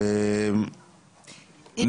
אוקיי תודה רבה לך.